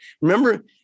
remember